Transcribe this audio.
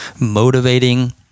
motivating